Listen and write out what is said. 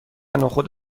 نخود